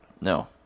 No